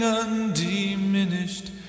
undiminished